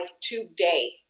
today